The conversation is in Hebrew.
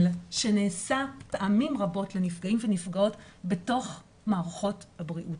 שנעשה פעמים רבות לנפגעים ונפגעות בתוך מערכות הבריאות.